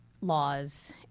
laws